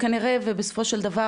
כנראה ובסופו של דבר,